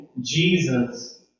Jesus